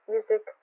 Music